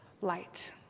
light